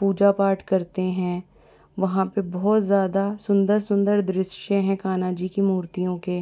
पूजा पाठ करते हैं वहाँ पर बहुत ज़्यादा सुंदर सुंदर दृश्य हैं कान्हा जी की मूर्तियों के